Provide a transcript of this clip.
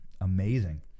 Amazing